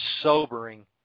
sobering